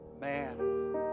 man